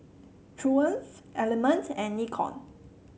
Triumph Element and Nikon